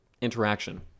interaction